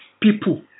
people